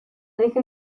dije